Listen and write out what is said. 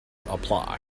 apply